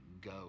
go